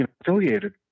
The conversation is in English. affiliated